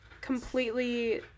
completely